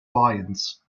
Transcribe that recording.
alliance